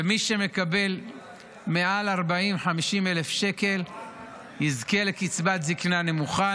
ומי שמקבל מעל 50,000-40,000 שקל יזכה לקצבת זקנה נמוכה.